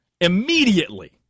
immediately